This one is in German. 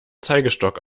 zeigestock